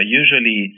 usually